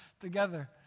together